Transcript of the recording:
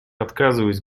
отказываюсь